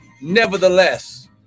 nevertheless